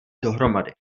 dohromady